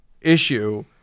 issue